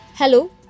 Hello